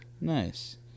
nice